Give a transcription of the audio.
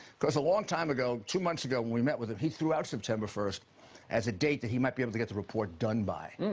because a long time ago, two months ago when we met with him, he threw out september first as a date that he might be able to get the report done by. and